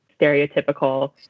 stereotypical